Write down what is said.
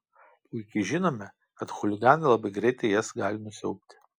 puikiai žinome kad chuliganai labai greitai jas gali nusiaubti